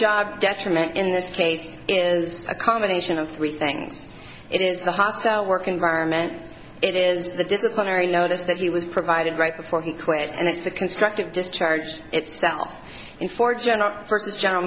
job detriment in this case is a combination of three things it is the hostile work environment it is the disciplinary notice that he was provided right before he quit and it's the constructive discharge itself in for general purpose general